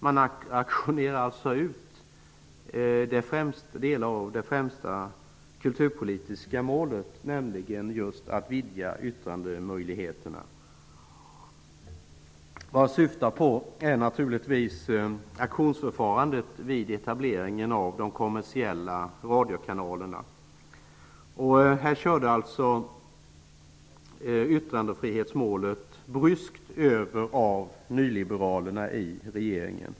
Man auktionerar alltså ut delar av det främsta kulturpolitiska målet, nämligen vidgandet av yttrandemöjligheterna. Jag syftar naturligtvis på auktionsförfarandet vid etableringen av de kommersiella radiokanalerna. Här kördes alltså yttrandefrihetsmålet bryskt över av nyliberalerna i regeringen.